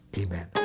amen